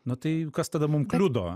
na tai kas tada mum kliudo